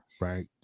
right